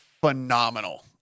phenomenal